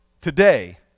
today